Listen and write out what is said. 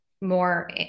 more